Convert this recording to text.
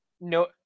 No